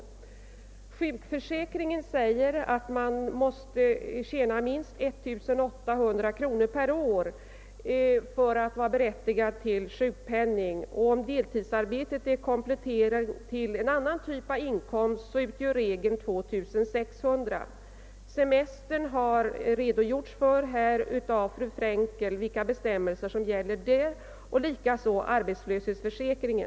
När det gäller sjukförsäkringen måste man tjäna minst 1800 kronor per år för att vara berättigad till sjukpenning, och om deltidsarbete kompletterar annan typ av inkomst utgör regeln 2600 kronor per år. Fru Frenkel har redogjort för vilka bestämmelser som gäller beträffande semester och arbetslöshetsförsäkring.